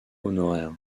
honoraires